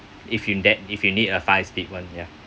if you that if you need a five speed one ya